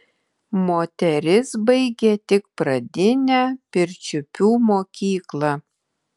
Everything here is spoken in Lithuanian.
moteris baigė tik pradinę pirčiupių mokyklą